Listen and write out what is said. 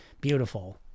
beautiful